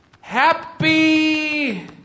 Happy